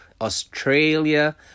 Australia